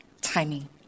timing